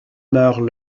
meurt